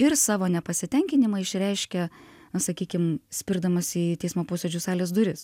ir savo nepasitenkinimą išreiškia na sakykim spirdamas į teismo posėdžių salės duris